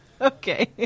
Okay